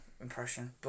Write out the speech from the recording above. impression